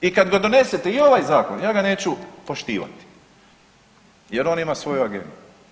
I kad ga donesete i ovaj Zakon, ja ga neću poštivati jer on ima svoju agendu.